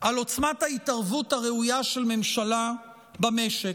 על עוצמת ההתערבות הראויה של ממשלה במשק.